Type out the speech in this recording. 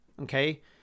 okay